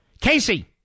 Casey